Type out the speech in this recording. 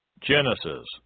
Genesis